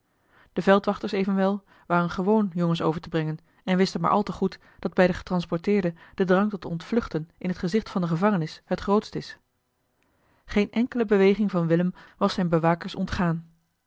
de veldwachters evenwel waren gewoon jongens over te brengen en wisten maar al te goed dat bij den getransporteerde de drang tot ontvluchten in t gezicht van de gevangenis het grootst is geen enkele beweging van willem was zijnen bewakers ontgaan